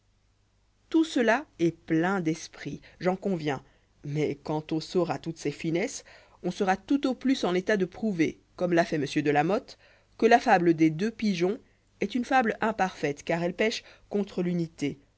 tout cela est plein d'esprit j'en conviens mais quand on saura toutes ces finesses on serjtout au plus en état dé prouver comme l'a fait m de la motte que la fable des deux pigeons est une fable imparfaite car elle pèche contre l'unité